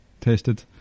tested